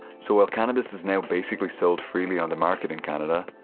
so while cannabis is now basically sold freely on the market in canada,